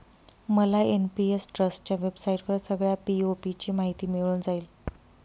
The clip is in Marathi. मला एन.पी.एस ट्रस्टच्या वेबसाईटवर सगळ्या पी.ओ.पी ची माहिती मिळून जाईल